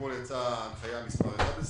אתמול יצאה הנחיה מספר 11,